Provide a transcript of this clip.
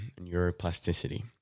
neuroplasticity